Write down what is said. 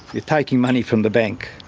you're taking money from the bank.